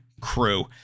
crew